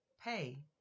pay